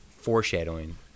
foreshadowing